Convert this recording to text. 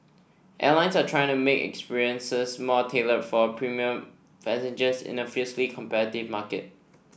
airlines are trying to make experiences more tailored for premium passengers in a fiercely competitive market